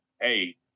hey